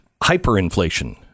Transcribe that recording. hyperinflation